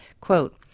quote